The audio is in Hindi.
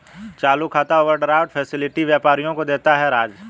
चालू खाता ओवरड्राफ्ट फैसिलिटी व्यापारियों को देता है राज